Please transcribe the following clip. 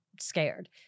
scared